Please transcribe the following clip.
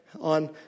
on